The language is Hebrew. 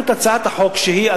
והכנו את הצעת החוק שהיא,